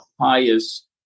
highest